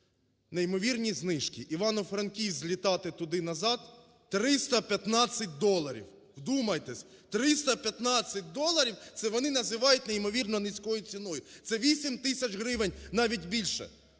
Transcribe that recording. неймовірні знижки, в Івано-Франківськ злітати туди-назад 315 доларів. Вдумайтесь, 315 доларів – це вони називають неймовірно низькою ціною! Це 8 тисяч гривень, навіть більше.